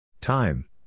Time